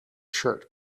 shirt